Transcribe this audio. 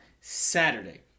Saturday